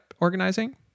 organizing